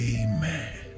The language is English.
amen